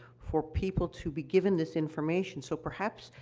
for people to be given this information, so, perhaps,